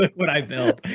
like but i built